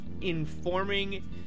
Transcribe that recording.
informing